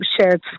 shared